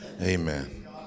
Amen